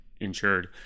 insured